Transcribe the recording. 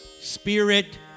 spirit